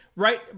Right